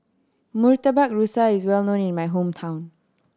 Murtabak Rusa is well known in my hometown